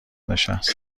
نشست